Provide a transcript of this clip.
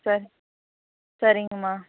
சரி சரிங்கம்மா